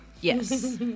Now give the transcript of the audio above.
Yes